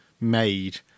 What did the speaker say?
made